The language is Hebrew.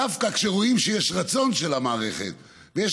דווקא כשרואים שיש רצון של המערכת ויש